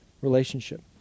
relationship